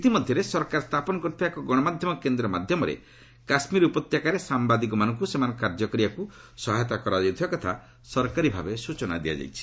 ଇତିମଧ୍ୟରେ ସରକାର ସ୍ଥାପନ କରିଥିବା ଏକ ଗଣମାଧ୍ୟମ କେନ୍ଦ୍ର ମାଧ୍ୟମରେ କାଶ୍କୀର ଉପତ୍ୟକାରେ ସାମ୍ବାଦିକମାନଙ୍କୁ ସେମାନଙ୍କ କାର୍ଯ୍ୟ କରିବାକୁ ସେମାନଙ୍କୁ ସହାୟତା କରାଯାଉଥିବାର ସରକାରୀ ସ୍ଚତ୍ରରେ କୁହାଯାଇଛି